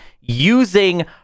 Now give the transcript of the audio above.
using